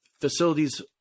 facilities